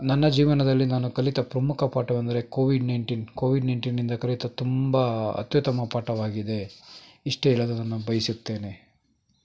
ನನ್ನ ಜೀವನದಲ್ಲಿ ನಾನು ಕಲಿತ ಪ್ರಮುಖ ಪಾಠವೆಂದರೆ ಕೋವಿಡ್ ನೈಂಟೀನ್ ಕೋವಿಡ್ ನೈಂಟೀನ್ನಿಂದ ಕಲಿತ ತುಂಬ ಅತ್ಯುತ್ತಮ ಪಾಠವಾಗಿದೆ ಇಷ್ಟೇಳಲು ನಾನು ಬಯಸುತ್ತೇನೆ